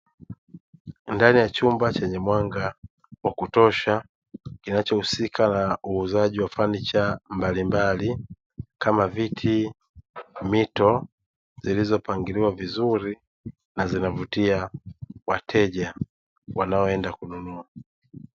Ndani ya chumba chenye mwanga wa kutosha kinachohusika na uuzaji wa samani mbalimbali kama viti, mito zilizopangiliwa vizuri na zinavutia wateja wanaoenda kununua.